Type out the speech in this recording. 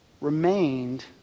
remained